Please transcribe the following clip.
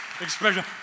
expression